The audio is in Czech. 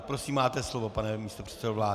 Prosím, máte slovo, pane místopředsedo vlády.